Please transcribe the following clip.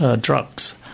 drugs